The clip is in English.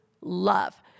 love